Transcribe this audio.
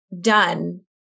done